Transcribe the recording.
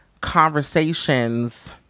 conversations